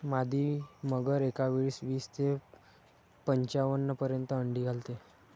मादी मगर एकावेळी वीस ते पंच्याण्णव पर्यंत अंडी घालते